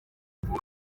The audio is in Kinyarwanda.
muri